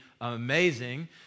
amazing